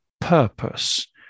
purpose